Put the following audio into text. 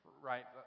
right